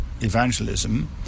evangelism